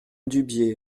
dubié